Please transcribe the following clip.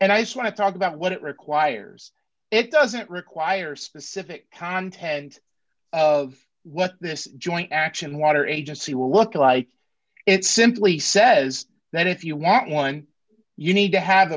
and i so want to talk about what it requires it doesn't require specific content of what this joint action water agency will look like it simply says that if you were at one you need to have